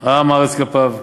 עם הארץ כלפיו,